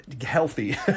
healthy